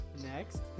Next